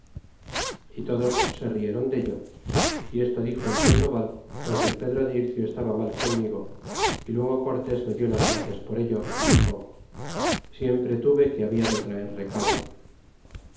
é todos se riéron dello y esto dixo sandoval porque el pedro de ircio estaba malel conmigo y luego cortés me dió las gracias por ello y dixo siempre tuve que habia de traer recaudo